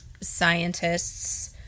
scientists